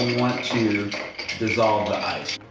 to to dissolve the ice. ooh!